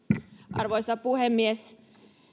arvoisa puhemies